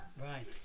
Right